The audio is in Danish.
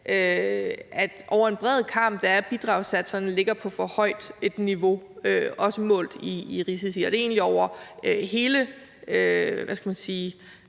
at over en bred kam ligger bidragssatserne på for højt et niveau, også målt i risici, og det er egentlig over – hvad skal man sige